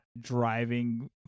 driving